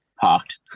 parked